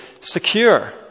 secure